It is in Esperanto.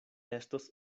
estos